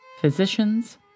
physicians